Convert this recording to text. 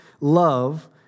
love